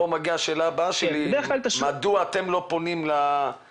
ופה השאלה הבאה שלי: מדוע אתם לא פונים למפעילים?